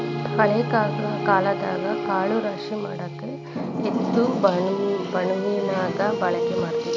ಹಳೆ ಕಾಲದಾಗ ಕಾಳ ರಾಶಿಮಾಡಾಕ ಎತ್ತು ಬಡಮಣಗಿ ಬಳಕೆ ಮಾಡತಿದ್ರ